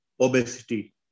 obesity